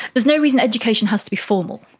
there's no reason education has to be formal.